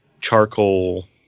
charcoal